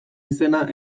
izena